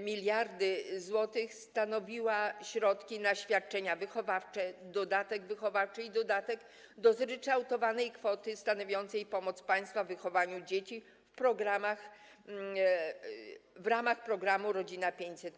mld zł stanowiły środki na świadczenia wychowawcze, dodatek wychowawczy i dodatek do zryczałtowanej kwoty stanowiące pomoc państwa w wychowywaniu dzieci w ramach programu „Rodzina 500+”